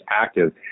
active